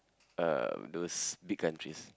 uh those big countries